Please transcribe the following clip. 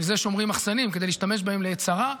בשביל זה שומרים מחסנים, כדי להשתמש בהם בעת צרה.